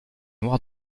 noires